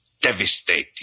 Devastating